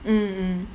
mm mm